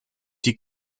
die